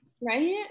Right